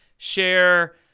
Share